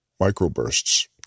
microbursts